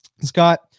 Scott